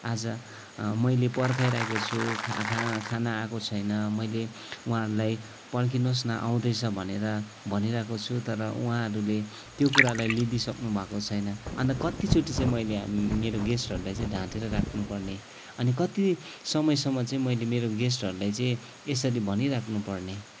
आज मैले पर्खाइरहेको छु खा खा खाना आएको छैन मैले उहाँहरूलाई पर्खिनुहोस् न आउँदैछ भनेर भनिरहेको छु तर उहाँहरूले त्यो कुरालाई लिई दिइसक्नु भएको छैन अन्त कतिचोटि चाहिँ मैले मेरो गेस्टहरूलाई चाहिँ ढाँटेर राख्नुपर्ने अनि कति समयसम्म चाहिँ मैले मेरो गेस्टहरूलाई चाहिँ यसरी भनिराख्नु पर्ने